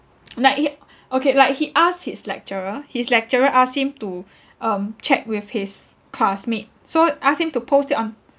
no he okay like he ask his lecturer his lecturer ask him to um check with his classmate so ask him to post it on